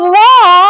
law